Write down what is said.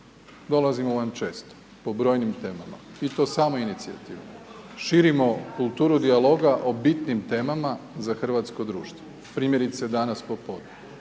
Dolazimo vam često, po brojnim temama i to samoinicijativno. Širimo kulturu dijaloga o bitnim temama za hrvatsko društvo. Primjerice, danas popodne.